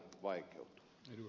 herra puhemies